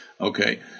Okay